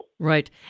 Right